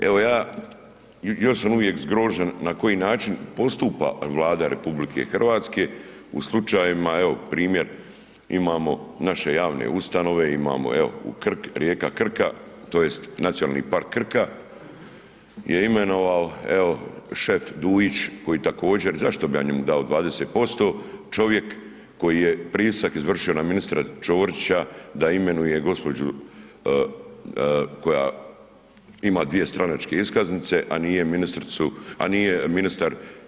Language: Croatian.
Evo ja, još sam uvijek zgrožen na koji način postupa Vlada RH u slučajevima evo primjer imamo naše javne ustanove, imamo evo rijeka Krka tj. Nacionalni park Krka je imenovao, evo šef Dujić koji također, zašto bi ja njemu dao 20%, čovjek koji je pritisak izvršio na ministra Ćorića da imenuje gospođu koja ima dvije stranačke iskaznice, a nije ministricu, a nije ministar.